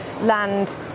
land